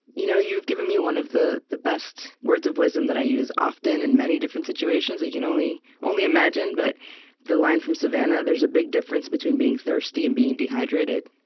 you know you've given me one of the the best words of wisdom that i use often, in many different situations. you can only imagine. but the line from savannah there's a big difference between being thirsty and being dehydrated.